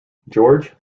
george